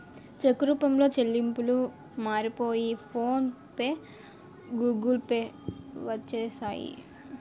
చెక్కు రూపంలో చెల్లింపులు మారిపోయి ఫోన్ పే గూగుల్ పే వచ్చేసాయి